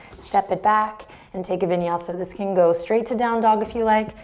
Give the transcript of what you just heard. step it back and take a vinyasa. this can go straight to down dog if you like.